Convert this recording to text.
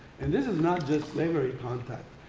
and this is not just every contact.